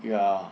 ya